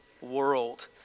world